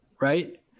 right